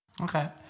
Okay